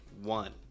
One